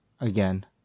again